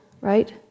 right